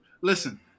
Listen